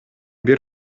бир